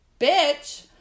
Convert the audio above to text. bitch